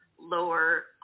lower